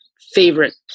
favorite